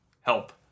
help